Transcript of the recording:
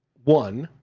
one,